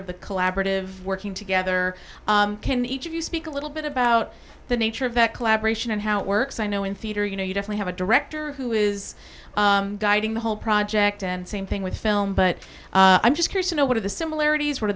of the collaborative working together can each of you speak a little bit about the nature of that collaboration and how it works i know in theater you know you don't have a director who is guiding the whole project and same thing with film but i'm just curious you know what are the similarities wh